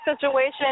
situation